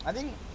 I think